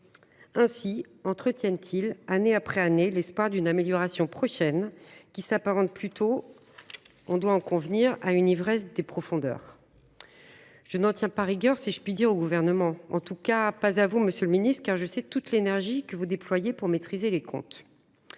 Ainsi entretiennent ils, année après année, l’espoir d’une amélioration prochaine… Convenons qu’il s’agit plutôt d’une ivresse des profondeurs. Je n’en tiens pas rigueur, si je puis dire, au Gouvernement, en tout cas pas à vous, monsieur le ministre, car je sais toute l’énergie que vous déployez pour maîtriser les comptes.